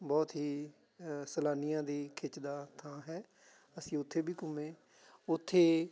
ਬਹੁਤ ਹੀ ਸੈਲਾਨੀਆਂ ਦੀ ਖਿੱਚ ਦਾ ਥਾਂ ਹੈ ਅਸੀਂ ਉੱਥੇ ਵੀ ਘੁੰਮੇ ਉੱਥੇ